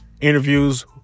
Interviews